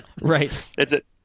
Right